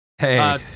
hey